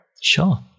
Sure